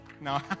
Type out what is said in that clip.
No